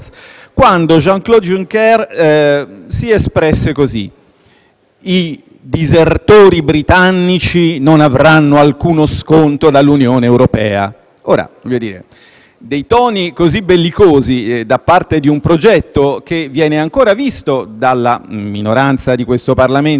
«i disertori britannici non avranno alcuno sconto dall'Unione europea». Dei toni così bellicosi, da parte di un progetto che viene ancora visto, dalla minoranza di questo Parlamento, come irenico e come responsabile dei famosi settanta anni di pace (che in